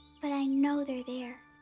but i know they're they're